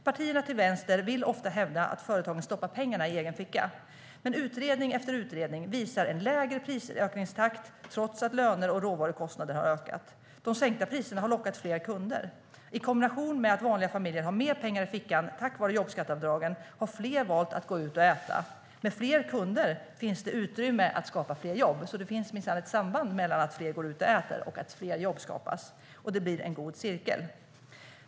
Partierna till vänster hävdar ofta att företagen stoppar pengarna i egen ficka. Men utredning efter utredning visar en lägre prisökningstakt trots att löner och råvarukostnader har ökat. De sänkta priserna har lockat fler kunder. Detta i kombination med att vanliga familjer har mer pengar i fickan tack vare jobbskatteavdragen har gjort att fler valt att gå ut och äta. Med fler kunder finns utrymme att skapa fler jobb. Det finns alltså ett samband mellan att fler går ut och äter och att fler jobb skapas. Det blir en god cirkel.